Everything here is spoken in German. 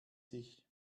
sich